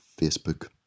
Facebook